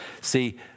See